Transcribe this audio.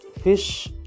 fish